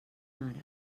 mare